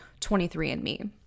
23andMe